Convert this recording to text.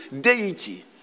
deity